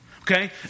Okay